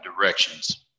directions